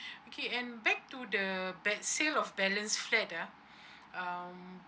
okay and back to the bal~ sales of balance flat ah um